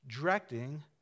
directing